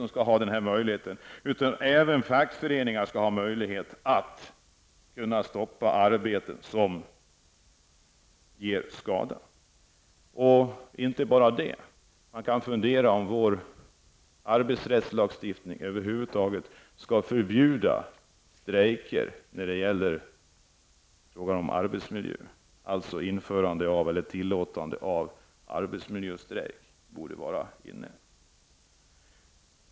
Vi i vänsterpartiet vill inte stanna vid att enbart låta skyddsombud ha möjlighet att stoppa arbete som ger skada. Även fackföreningar skall kunna göra det. Man kan även fundera över om vår arbetsrättslagstiftning över huvud taget skall förbjuda strejker när det gäller frågan om arbetsmiljö. Arbetsmiljöstrejk borde kunna accepteras.